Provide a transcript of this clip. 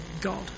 God